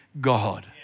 God